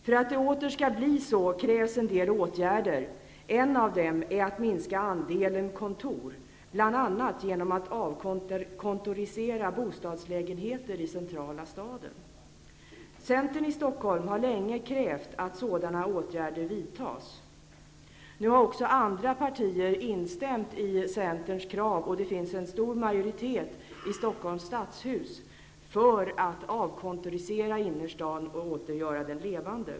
För att det åter skall bli så krävs en del åtgärder. En av dem är att minska andelen kontor bl.a. genom att avkontorisera bostadslägenheter i centrala staden. Centern i Stockholm har länge krävt att sådana åtgärder vidtas. Nu har också andra partier instämt i Centerns krav, och det finns en stor majoritet i Stockholms stadshus för att avkontorisera innerstaden och så göra den levande.